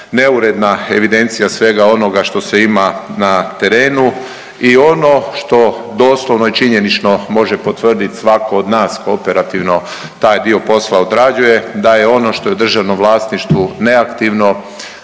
neuredna evidencija svega onoga što se ima na terenu i ono što doslovno i činjenično može potvrdit svatko od nas operativno taj dio posla odrađuje da je ono što je u državnom vlasništvu neaktivno,